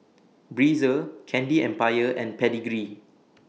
Breezer Candy Empire and Pedigree